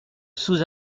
sous